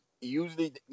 usually